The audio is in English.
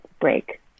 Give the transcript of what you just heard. break